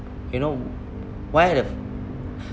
you know why the